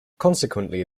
consequently